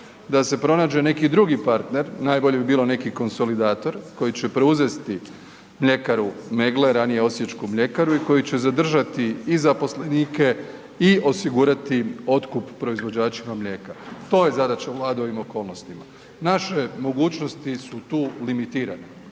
da se pronađe neki drugi partner, najbolje bi bilo neki konsolidator koji će preuzeti mljekaru Meggle, ranije Osječku mljekaru i koji će zadržati i zaposlenike i osigurati otkup proizvođačima lijeka. To je zadaća Vlade u ovim okolnostima. Naše mogućnosti su tu limitirane,